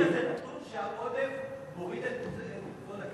יש כזה נתון, שהעודף מוריד את כבוד הכנסת?